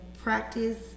practice